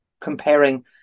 comparing